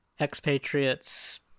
expatriates